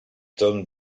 tome